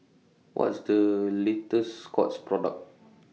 What IS The latest Scott's Product